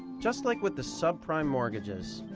just like with the subprime mortgages,